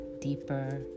deeper